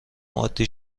عادی